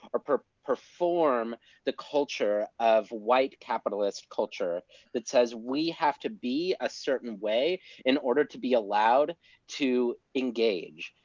or perform the culture of white capitalist culture that says we have to be a certain way in order to be allowed to engage.